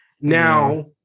Now